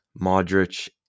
Modric